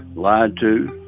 lied to.